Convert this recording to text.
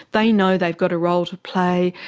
they know they've got a role to play.